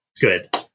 good